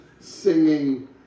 singing